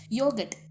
yogurt